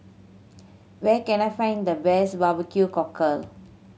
where can I find the best barbecue cockle